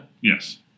Yes